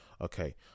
okay